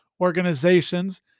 organizations